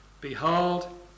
Behold